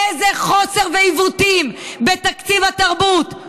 איזה חוסר ועיוותים בתקציב התרבות.